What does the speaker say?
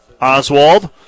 Oswald